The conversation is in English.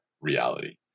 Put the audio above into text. reality